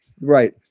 Right